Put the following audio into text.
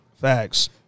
facts